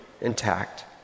intact